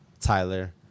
Tyler